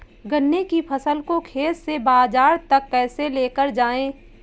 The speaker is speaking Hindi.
गन्ने की फसल को खेत से बाजार तक कैसे लेकर जाएँ?